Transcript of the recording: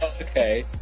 Okay